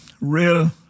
real